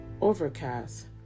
Overcast